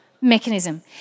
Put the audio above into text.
mechanism